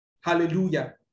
Hallelujah